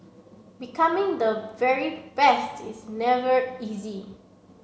becoming the very best is never easy